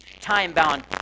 time-bound